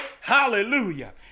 Hallelujah